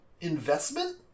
investment